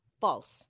false